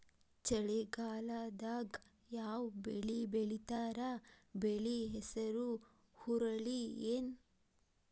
ಚಳಿಗಾಲದಾಗ್ ಯಾವ್ ಬೆಳಿ ಬೆಳಿತಾರ, ಬೆಳಿ ಹೆಸರು ಹುರುಳಿ ಏನ್?